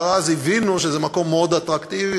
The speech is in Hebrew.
כבר אז הבינו שזה מקום מאוד אטרקטיבי,